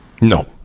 No